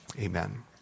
Amen